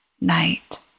night